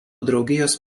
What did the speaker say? draugijos